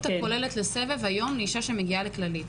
הכוללת לסבב היום לאישה שמגיעה לכללית.